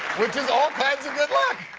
which is all kinds of good luck.